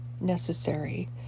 necessary